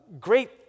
great